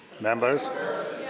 Members